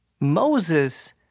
Moses